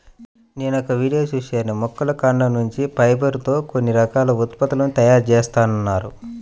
నేనొక వీడియో చూశాను మొక్కల కాండం నుంచి ఫైబర్ తో కొన్ని రకాల ఉత్పత్తుల తయారీ జేత్తన్నారు